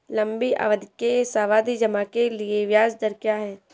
लंबी अवधि के सावधि जमा के लिए ब्याज दर क्या है?